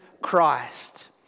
Christ